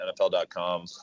NFL.com